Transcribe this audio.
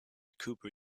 cooper